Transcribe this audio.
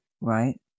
Right